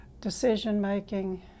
decision-making